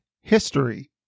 history